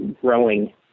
growing